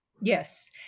Yes